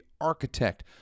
architect